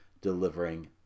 delivering